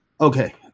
Okay